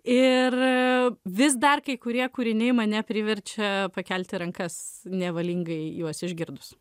ir vis dar kai kurie kūriniai mane priverčia pakelti rankas nevalingai juos išgirdus